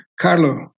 Carlo